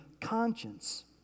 conscience